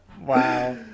Wow